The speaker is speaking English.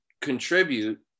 contribute